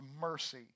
mercy